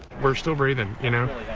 first over even you know